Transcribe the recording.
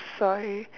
sorry